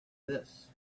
this